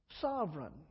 sovereign